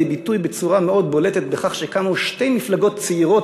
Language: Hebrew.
ביטוי בצורה מאוד בולטת בכך שקמו שתי מפלגות צעירות,